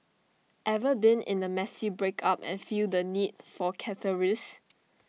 ever been in A messy breakup and feel the need for catharsis